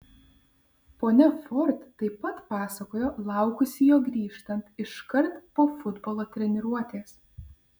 ponia ford taip pat pasakojo laukusi jo grįžtant iškart po futbolo treniruotės